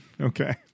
okay